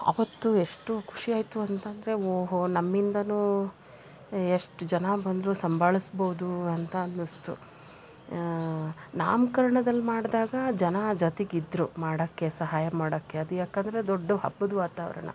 ಅವತ್ತು ಎಷ್ಟು ಖುಷಿಯಾಯಿತು ಅಂತಂದರೆ ಓಹೋ ನಮ್ಮಿಂದಲೂ ಎಷ್ಟು ಜನ ಬಂದರೂ ಸಂಬಾಳಿಸ್ಬೋದು ಅಂತ ಅನ್ನಿಸ್ತು ನಾಮ್ಕರ್ಣದಲ್ಲಿ ಮಾಡಿದಾಗ ಜನ ಜೊತಿಗಿದ್ರು ಮಾಡೋಕ್ಕೆ ಸಹಾಯ ಮಾಡೋಕ್ಕೆ ಅದ್ಯಾಕೆ ಅಂದರೆ ದೊಡ್ಡ ಹಬ್ಬದ ವಾತಾವರಣ